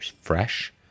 fresh